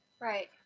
right